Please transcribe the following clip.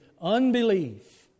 unbelief